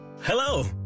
hello